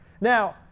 Now